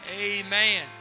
amen